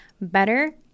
Better